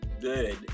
good